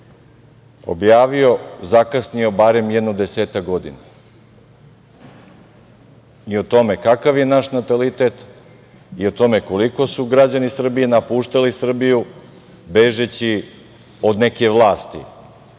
objavio zakasnio barem jedno desetak godina i o tome kakav je naš natalitet i o tome koliko su građani Srbije napuštali Srbiju, bežeći od neke vlasti. Ne